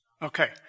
Okay